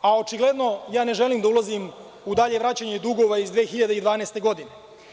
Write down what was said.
a očigledno, ja ne želim da ulazim u dalje vraćanje dugova iz 2012. godine.